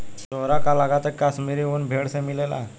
तोहरा का लागऽता की काश्मीरी उन भेड़ से मिलेला